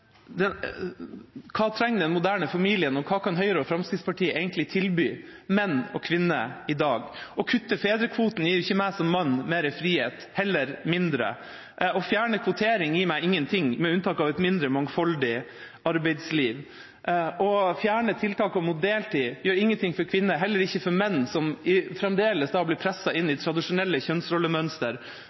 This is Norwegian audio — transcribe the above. Hva trenger den moderne familien, og hva kan Høyre og Fremskrittspartiet egentlig tilby menn og kvinner i dag? Å kutte fedrekvoten gir ikke meg som mann mer frihet, heller mindre. Å fjerne kvotering gir meg ingenting, med unntak av et mindre mangfoldig arbeidsliv. Å fjerne tiltakene mot deltid gjør ingenting for kvinner, heller ikke for menn, som fremdeles blir presset inn i tradisjonelle kjønnsrollemønster,